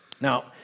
Now